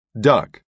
Duck